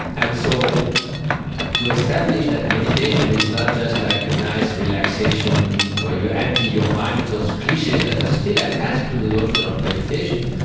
and so to establish that meditation is not just like a nice relaxation where you empty your mind, those cliches that are still attached to the notion of meditation,